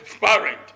parent